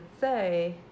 say